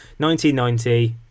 1990